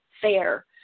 fair